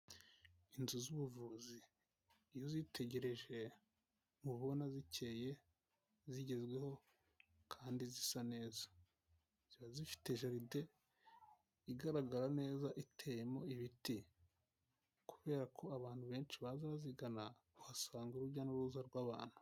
Inzu z'ubuvuzi iyo uzitegereje uba ubona zikeye zigezweho kandi zisa neza, ziba zifite jaride igaragara neza iteyemo ibiti, kubera ko abantu benshi baza bazigana uhasanga urujya n'uruza rw'abantu.